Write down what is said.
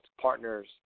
partners